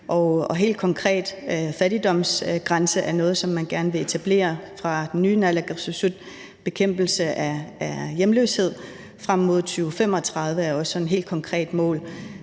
og helt konkret er en fattigdomsgrænse noget, som man gerne vil etablere fra den nye regerings side, naalakkersuisuts side. Bekæmpelse af hjemløshed frem mod 2035 er også sådan et helt konkret mål